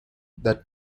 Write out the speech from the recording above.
that